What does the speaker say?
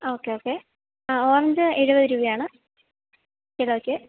okay okay ആ orange എഴുപത് രൂപയാണ് കിലോയ്ക്ക്